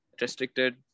restricted